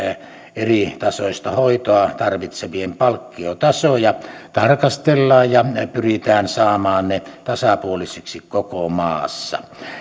eritasoista hoitoa tarvitsevien palkkiotasoja tarkastellaan ja pyritään samaan ne tasapuolisiksi koko maassa